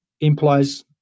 implies